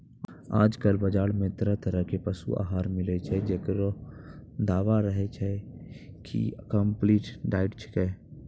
आजकल बाजार मॅ तरह तरह के पशु आहार मिलै छै, जेकरो दावा रहै छै कि कम्पलीट डाइट छेकै